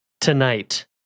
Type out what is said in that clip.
tonight